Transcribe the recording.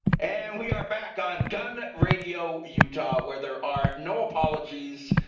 and we are back on gun radio utah where there are no apologies.